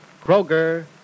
Kroger